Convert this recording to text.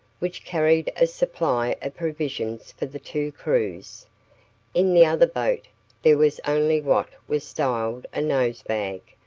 which carried a supply of provisions for the two crews in the other boat there was only what was styled a nosebag,